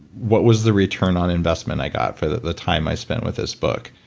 what was the return on investment i got for the time i spent with this book?